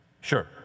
Sure